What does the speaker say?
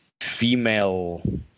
female